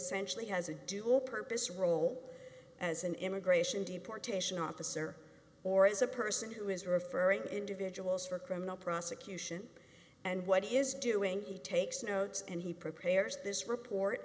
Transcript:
essentially has a dual purpose role as an immigration deportation officer or is a person who is referring to individuals for criminal prosecution and what is doing he takes notes and he prepares this report